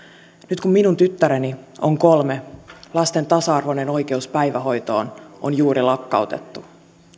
nyt kun minun tyttäreni on kolme lasten tasa arvoinen oikeus päivähoitoon on juuri lakkautettu